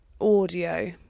audio